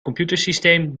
computersysteem